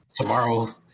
Tomorrow